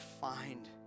find